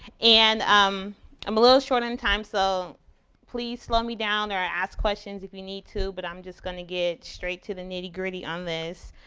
and um i'm a little short on time, so please slow me down or ask questions if you need to, but i'm just gonna get straight to the nitty gritty on this.